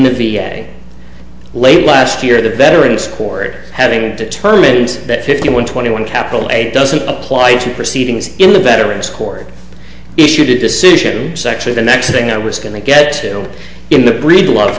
the v a late last year the veterans court having determined that fifty one twenty one capital eight doesn't apply to proceedings in the veterans court issued a decision section the next thing i was going to get killed in the breedlove